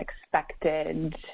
expected